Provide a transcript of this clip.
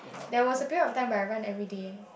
there was a period of time where I run everyday